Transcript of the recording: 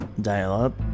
dial-up